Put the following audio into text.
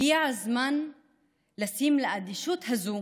הגיע הזמן לשים לאדישות הזאת,